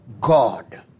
God